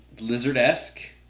lizard-esque